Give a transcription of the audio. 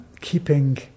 Keeping